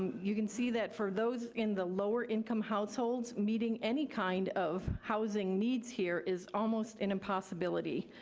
you can see that for those in the lower-income households, meeting any kind of housing needs here is almost an impossibility.